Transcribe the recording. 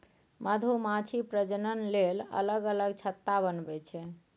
मधुमाछी प्रजनन लेल अलग अलग छत्ता बनबै छै